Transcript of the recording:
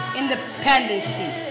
independence